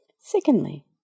Secondly